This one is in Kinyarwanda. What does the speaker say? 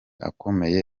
akomeye